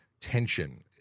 tension